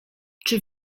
czy